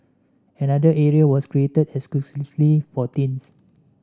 another area was created exclusively for teens